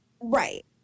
right